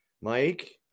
Mike